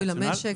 פיצוי למדינה?